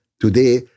today